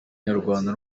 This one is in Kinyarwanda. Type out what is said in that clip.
nyarwanda